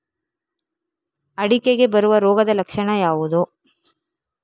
ಅಡಿಕೆಗೆ ಬರುವ ರೋಗದ ಲಕ್ಷಣ ಯಾವುದು?